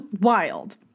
wild